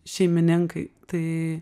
šeimininkai tai